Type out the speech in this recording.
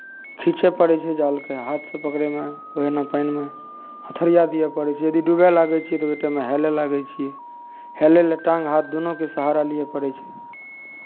खींचय पड़ै छै जालकेँ हाथसँ पकड़यमे ओहिना पानिमे हथोरिआ दिअ पड़ै छै यदि डूबए लागै छियै तऽ ओहि टाइममे हेलय लागै छियै हेलय लेल टाङ्ग हाथ दुनूके सहारा लिअ पड़ै छै